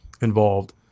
involved